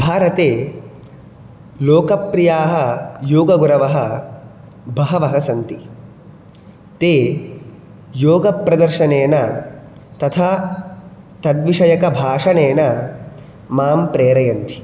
भारते लोकप्रियाः योगगुरवः बहवः सन्ति ते योगप्रदर्शनेन तथा तद्विषयकभाषणेन मां प्रेरयन्ति